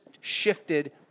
shifted